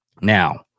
Now